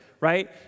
Right